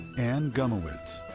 anne gumowitz.